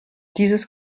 dieses